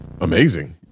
amazing